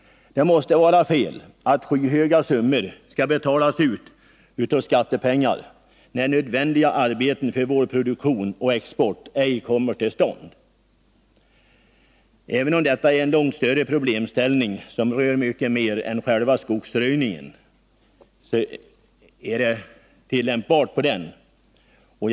Det måste vara fel att skyhöga summor skall betalas ut av skattepengar när för vår produktion och export nödvändiga arbeten ej kommer till stånd. Även om detta är en långt större problemställning som rör mycket mer än själva skogsröjningen, så är den ändock tillämpbar på skogsröjningen.